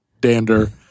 dander